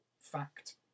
fact